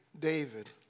David